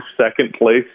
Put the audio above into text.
second-place